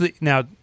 Now